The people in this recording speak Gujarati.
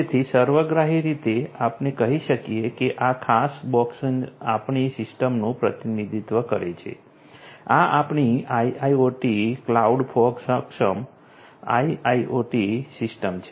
તેથી સર્વગ્રાહી રીતે આપણે કહી શકીએ કે આ ખાસ બોક્સ આપણી સિસ્ટમનું પ્રતિનિધિત્વ કરે છે આ આપણી આઈઆઈઓટી ક્લાઉડ ફોગ સક્ષમ આઈઆઈઓટી સિસ્ટમ છે